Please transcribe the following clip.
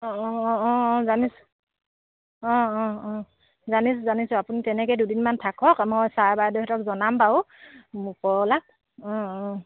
অঁ অঁ অঁ জানিছোঁ অঁ অঁ অঁ জানিছোঁ জানিছোঁ আপুনি তেনেকৈয়ে দুদিনমান থাকক মই ছাৰ বাইদেউহঁতক জনাম বাৰু ওপৰৱলাক অঁ অঁ